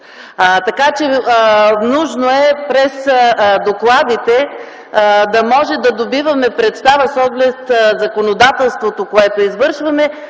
Така че нужно е през докладите да може да добиваме представа с оглед законодателството, което извършваме,